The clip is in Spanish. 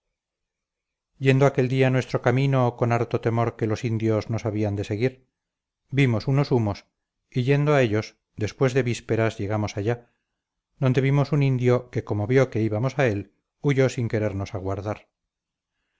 yendo aquel día nuestro camino con harto temor que los indios nos habían de seguir vimos unos humos y yendo a ellos después de vísperas llegamos allá donde vimos un indio que como vio que íbamos a él huyó sin querernos aguardar